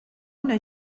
una